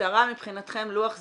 משטרה, מבחינתכם לוח זמנים,